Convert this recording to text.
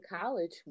college